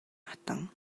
хатан